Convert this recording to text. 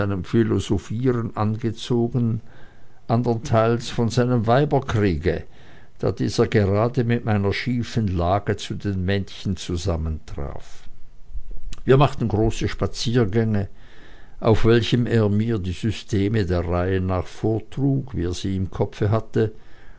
philosophieren angezogen andernteils von seinem weiberkriege da dieser gerade mit meiner schiefen lage zu den mädchen zusammentraf wir machten große spaziergänge auf welchen er mir die systeme der reihe nach vortrug wie er sie im kopfe hatte